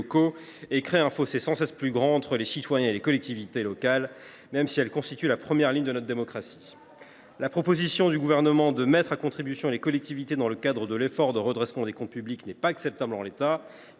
et créent un fossé sans cesse plus grand entre les citoyens et les collectivités locales, qui constituent pourtant la première ligne de notre démocratie. La proposition par laquelle Gouvernement entend mettre à contribution les collectivités locales dans le cadre de l’effort de redressement des comptes publics n’est pas acceptable en l’état.